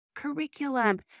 curriculum